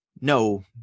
No